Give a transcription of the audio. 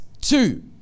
two